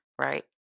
Right